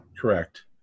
Correct